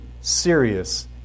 serious